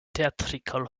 theatrical